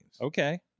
okay